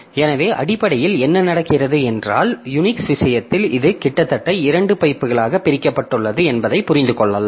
எனவே அடிப்படையில் என்ன நடக்கிறது என்றால் யுனிக்ஸ் விஷயத்தில் இது கிட்டத்தட்ட 2 பைப்புகளாக பிரிக்கப்பட்டுள்ளது என்பதை புரிந்து கொள்ளலாம்